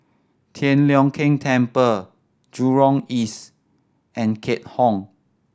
Tian Leong Keng Temple Jurong East and Keat Hong